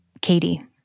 Katie